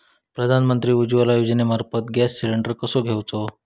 प्रधानमंत्री उज्वला योजनेमार्फत gas cylinder कसो घेऊचो?